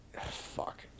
Fuck